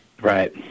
Right